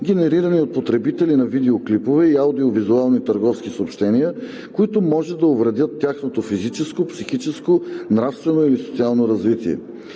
генерирани от потребители на видеоклипове и аудиовизуални търговски съобщения, които може да увредят тяхното физическо, психическо, нравствено или социално развитие.